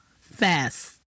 fast